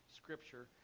scripture